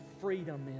freedom